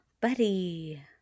Buddy